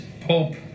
Pope